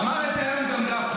אמר את זה היום גם גפני.